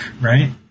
right